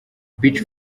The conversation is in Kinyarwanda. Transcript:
beach